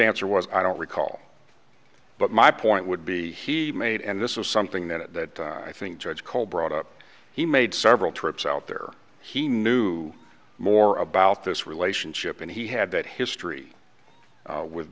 answer was i don't recall but my point would be he made and this is something that i think judge cole brought up he made several trips out there he knew more about this relationship and he had that history with